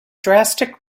drastic